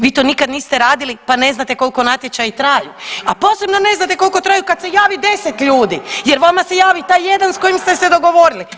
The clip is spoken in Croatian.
Vi to nikad niste radili pa ne znate koliko natječaji traju, a posebno ne znate koliko traju kad se javi 10 ljudi, jer vama se javi taj jedan sa kojim ste se dogovorili.